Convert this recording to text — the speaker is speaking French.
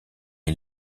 est